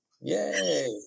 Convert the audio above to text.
Yay